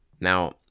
Now